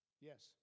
Yes